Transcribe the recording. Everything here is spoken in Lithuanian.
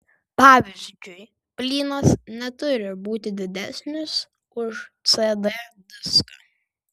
pavyzdžiui blynas neturi būti didesnis už cd diską